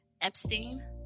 Epstein